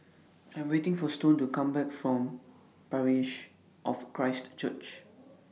I Am waiting For Stone to Come Back from Parish of Christ Church